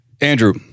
Andrew